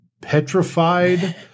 petrified